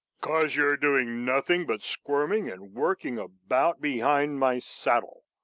cause you're doing nothing but squirming and working about behind my saddle.